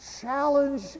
challenge